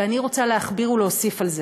ואני רוצה להכביר ולהוסיף על זה,